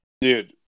dude